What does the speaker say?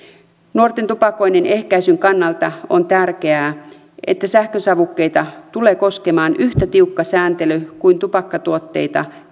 nuorten tupakoinnin ehkäisyn kannalta on tärkeää että sähkösavukkeita tulee koskemaan yhtä tiukka sääntely kuin tupakkatuotteita